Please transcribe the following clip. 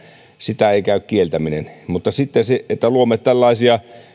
sitä ei käy kieltäminen mutta kun luomme tällaisia